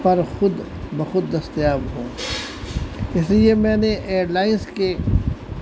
پر خود بخود دستیاب ہوں اس لیے میں نے ایئر لائنز کے